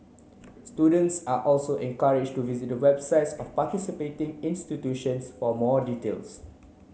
students are also encourage to visit the websites of participating institutions for more details